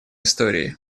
историей